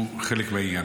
הוא חלק מהעניין.